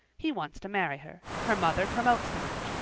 he wants to marry her her mother promotes the match,